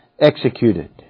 executed